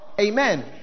Amen